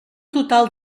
total